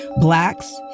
Blacks